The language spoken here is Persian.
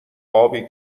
ابی